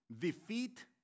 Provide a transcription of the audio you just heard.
defeat